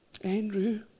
Andrew